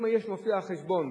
אם מופיע בחשבון,